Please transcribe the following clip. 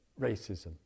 racism